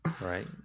Right